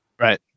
Right